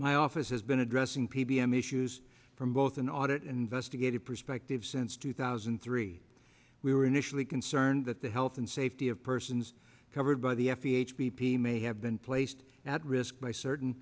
my office has been addressing p b m issues from both an audit investigative perspective since two thousand and three we were initially concerned that the health and safety of persons covered by the f d a b p may have been placed at risk by certain